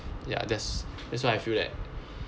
ya that's that's what I feel that